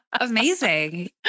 Amazing